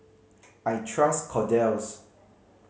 I trust Kordel's